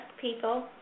people